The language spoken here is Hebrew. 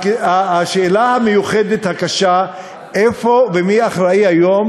השאלה המיוחדת הקשה: איפה ומי אחראי היום